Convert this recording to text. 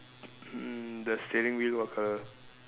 hmm the steering wheel what colour